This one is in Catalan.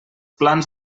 plans